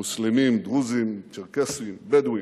מוסלמים, דרוזים, צ'רקסים, בדואים.